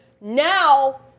Now